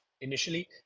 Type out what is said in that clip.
Initially